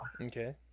Okay